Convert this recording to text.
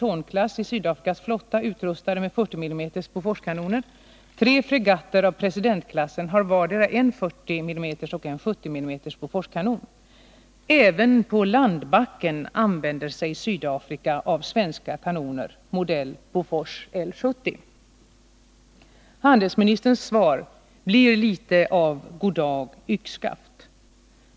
Thornklass i Sydafrikas flotta utrustade med 40 mm Boforskanoner, tre fregatter av Presidentklassen har vardera en 40 mm och en 70 mm Boforskanon. Även på landbacken använder sig Sydafrika av svenska kanoner, modell Bofors L70. Handelsministerns svar blir litet av goddag yxskaft.